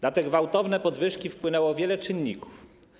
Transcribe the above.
Na te gwałtowne podwyżki wpłynęło wiele czynników.